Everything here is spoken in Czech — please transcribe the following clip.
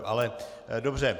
Ale dobře.